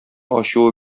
ачуы